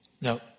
No